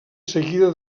seguida